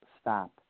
stop